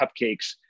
cupcakes